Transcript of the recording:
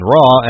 Raw